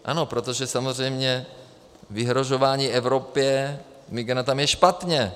Ano, protože samozřejmě vyhrožování Evropě migranty je špatně.